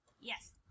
Yes